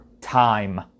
time